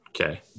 okay